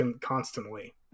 constantly